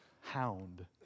hound